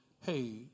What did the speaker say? Hey